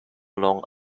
long